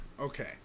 Okay